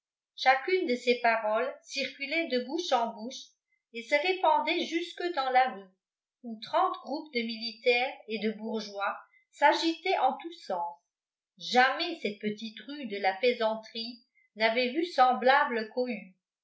chacune de ses paroles circulait de bouche en bouche et se répandait jusque dans la rue où trente groupes de militaires et de bourgeois s'agitaient en tout sens jamais cette petite rue de la faisanderie n'avait vu semblable cohue